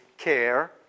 care